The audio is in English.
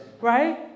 right